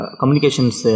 communications